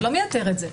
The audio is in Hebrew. זה לא מייתר את זה.